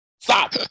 Stop